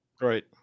Right